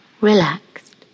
relaxed